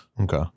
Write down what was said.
Okay